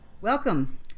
Welcome